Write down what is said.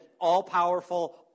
all-powerful